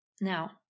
Now